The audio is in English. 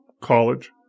college